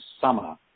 summer